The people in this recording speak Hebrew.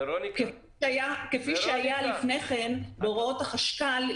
כפי שהיה לפני כן בהוראות החשכ"ל,